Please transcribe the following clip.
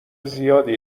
زیادی